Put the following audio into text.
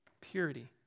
Purity